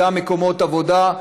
וגם מקומות עבודה,